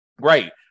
Right